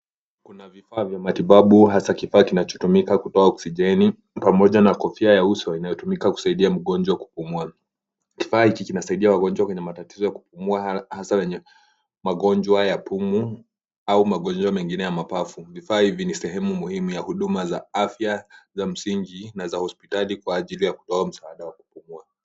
Kuna vifaa vya matibabu hasaa kifaa kinachotumika kutoa oksijeni, pamoja na kofia ya uso inayotumika kusaidia mgonjwa kupumua. Kifaa hiki kinasaidia wagonjwa wenye matatizo ya kupumua, hasaa wenye magonjwa ya pumu au magonjwa mengine ya mapafu. Vifaa hivi ni sehemu muhimu ya huduma za afya za msingi na za hospitali kwa ajili ya kutoa msaada wa kupumua.